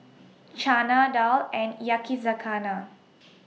Chana Dal and Yakizakana